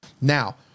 Now